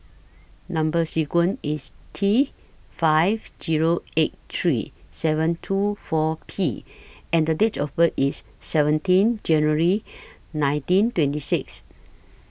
Number sequence IS T five Zero eight three seven two four P and The Date of birth IS seventeen January nineteen twenty six